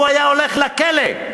הוא היה הולך לכלא.